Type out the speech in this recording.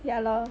ya lor